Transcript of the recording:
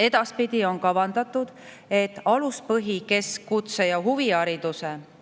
Edaspidi on kavandatud, et alus-, põhi-, kesk-, kutse- ja huvihariduse